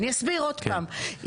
אני אסביר עוד פעם,